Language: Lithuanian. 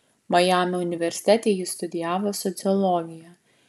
majamio universitete ji studijavo sociologiją